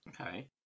Okay